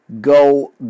go